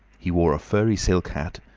he wore a furry silk hat,